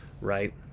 right